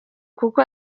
kuko